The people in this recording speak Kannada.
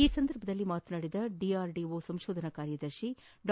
ಈ ಸಂದರ್ಭದಲ್ಲಿ ಮಾತನಾಡಿದ ಡಿಆರ್ಡಿಒ ಸಂಶೋಧನಾ ಕಾರ್ಯದರ್ಶಿ ಡಾ